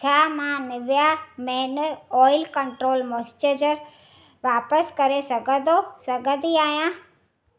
छा मां Nivea men oil control moisturiser वापिसि करे सघंदो सघंदी आहियां